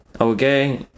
Okay